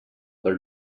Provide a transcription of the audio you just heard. their